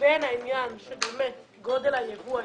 בין העניין של גודל היבוא האישי,